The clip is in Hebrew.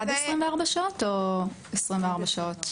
עד 24 שעות או 24 שעות?